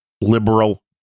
liberal